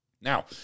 Now